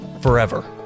forever